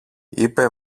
είπε